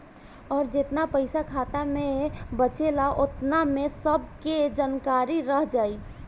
अउर जेतना पइसा खाता मे बचेला ओकरा में सब के जानकारी रह जाइ